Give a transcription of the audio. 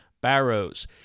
Barrows